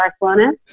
Barcelona